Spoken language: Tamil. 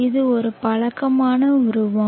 இது ஒரு பழக்கமான உருவம்